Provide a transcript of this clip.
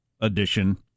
edition